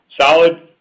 solid